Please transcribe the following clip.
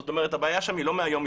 זאת אומרת שהבעיה שם היא לא מהיום,